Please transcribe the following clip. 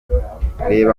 reba